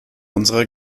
unsere